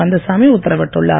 கந்தசாமி உத்தரவிட்டுள்ளார்